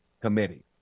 Committee